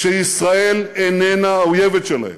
שישראל איננה האויבת שלהן,